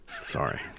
Sorry